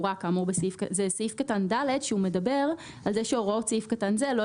סעיף קטן (ד) מדבר על כך שהוראות סעיף קטן זה לא